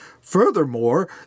Furthermore